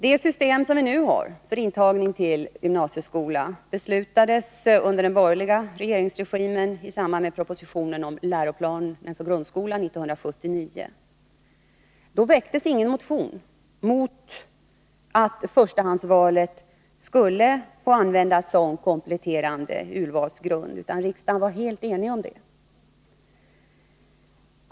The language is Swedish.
Det system som vi nu har för intagning till gymnasieskolan beslutades under den borgerliga regeringstiden i samband med propositionen om Läroplan för grundskolan 1979. Då väcktes ingen motion mot att förstahandsvalet skulle få användas som kompletterande urvalsgrund, utan riksdagen var helt enig.